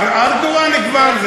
ארדואן כבר,